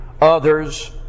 others